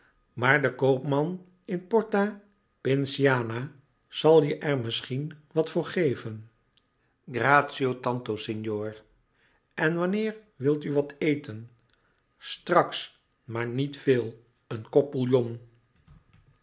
maar de koopman in de porta pinciana zal je er misschien wat voor geven grazia tanto signor en wanneer wil u wat eten straks maar niet veel een kop